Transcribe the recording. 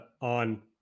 on